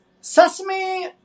sesame